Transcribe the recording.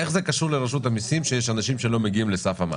איך זה קשור לרשות המיסים שיש אנשים שלא מגיעים לסף המס?